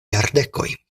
jardekoj